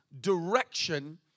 direction